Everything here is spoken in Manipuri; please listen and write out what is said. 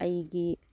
ꯑꯩꯒꯤ